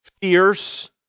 Fierce